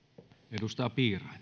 arvoisa